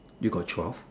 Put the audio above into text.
you got twelve